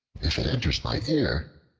if it enters my ear,